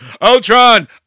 Ultron